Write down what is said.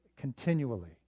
continually